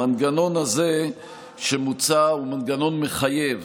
המנגנון הזה שמוצע הוא מנגנון מחייב,